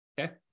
Okay